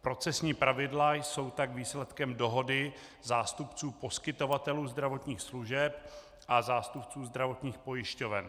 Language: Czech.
Procesní pravidla jsou tak výsledkem dohody zástupců poskytovatelů zdravotních služeb a zástupců zdravotních pojišťoven.